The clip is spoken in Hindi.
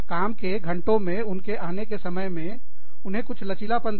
काम के घंटों में उनके आने के समय में उन्हें कुछ लचीलापन दें